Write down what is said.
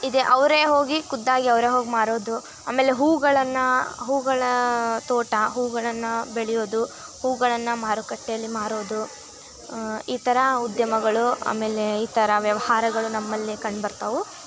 ಇದೆ ಅವರೇ ಹೋಗಿ ಖುದ್ದಾಗಿ ಅವರೇ ಹೋಗಿ ಮಾರೋದು ಆಮೇಲೆ ಹೂಗಳನ್ನು ಹೂಗಳ ತೋಟ ಹೂಗಳನ್ನು ಬೆಳೆಯೋದು ಹೂಗಳನ್ನು ಮಾರುಕಟ್ಟೆಯಲ್ಲಿ ಮಾರೋದು ಈ ಥರ ಉದ್ಯಮಗಳು ಆಮೇಲೆ ಈ ಥರ ವ್ಯವಹಾರಗಳು ನಮ್ಮಲ್ಲಿ ಕಂಡು ಬರ್ತಾವೆ